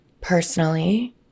personally